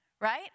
right